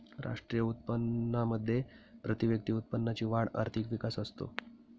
राष्ट्रीय उत्पन्नामध्ये प्रतिव्यक्ती उत्पन्नाची वाढ आर्थिक विकास असतो